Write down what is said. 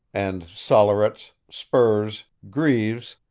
and sollerets, spurs, greaves,